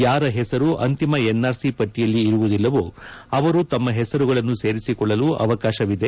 ಯಾರ ಹೆಸರು ಅಂತಿಮ ಎನ್ ಆರ್ ಸಿ ಪಟ್ಟಿಯಲ್ಲಿ ಇರುವುದಿಲ್ಲವೋ ಅವರು ತಮ್ನ ಹೆಸರುಗಳನ್ನು ಸೇರಿಸಿಕೊಳ್ಳಲು ಅವಕಾಶವಿದೆ